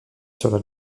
sur